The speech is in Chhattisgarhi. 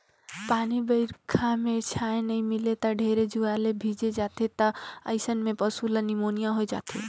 पानी बइरखा में छाँय नइ मिले त ढेरे जुआर ले भीजे जाथें त अइसन में पसु ल निमोनिया होय जाथे